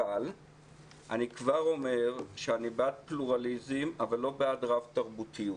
אבל אני כבר אומר שאני בעד פלורליזם אבל לא בעד רב-תרבותיות,